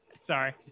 Sorry